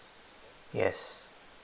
yes